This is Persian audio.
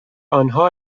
آنها